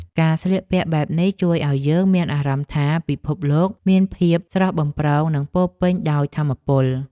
ការស្លៀកពាក់បែបនេះជួយឱ្យយើងមានអារម្មណ៍ថា ពិភពលោកមានភាពស្រស់បំព្រងនិងពោពេញដោយថាមពល។